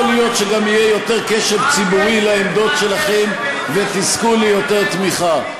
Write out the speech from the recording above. יכול להיות שגם יהיה יותר קשב ציבורי לעמדות שלכם ותזכו ליותר תמיכה.